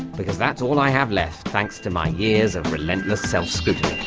because that's all i have left thanks to my years of relentless self-scrutiny.